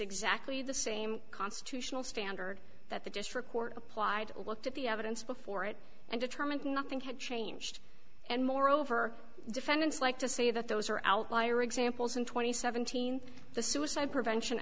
exactly the same constitutional standard that the district court applied looked at the evidence before it and determined nothing had changed and moreover defendants like to say that those are outlier examples and twenty seventeen the suicide prevention